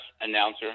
announcer